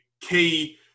key